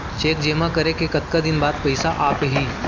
Cheque जेमा करें के कतका दिन बाद पइसा आप ही?